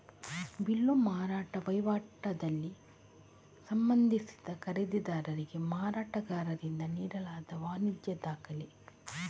bill ಮಾರಾಟ ವೈವಾಟಲ್ಲಿ ಸಂಬಂಧಿಸಿದ ಖರೀದಿದಾರರಿಗೆ ಮಾರಾಟಗಾರರಿಂದ ನೀಡಲಾದ ವಾಣಿಜ್ಯ ದಾಖಲೆ